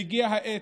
והגיעה העת,